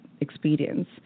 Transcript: experience